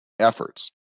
efforts